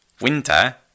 Winter